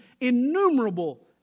innumerable